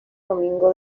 domingo